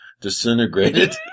disintegrated